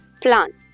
plant